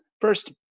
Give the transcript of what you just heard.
First